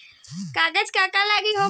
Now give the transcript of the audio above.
कागज का का लागी?